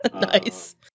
nice